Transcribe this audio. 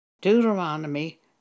Deuteronomy